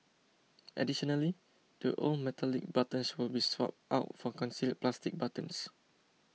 additionally the old metallic buttons will be swapped out for concealed plastic buttons